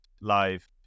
live